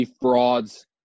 frauds